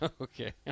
Okay